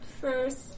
first